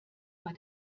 bei